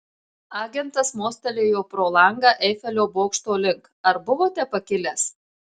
agentas mostelėjo pro langą eifelio bokšto link ar buvote pakilęs